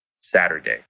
Saturday